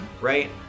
right